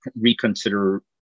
reconsider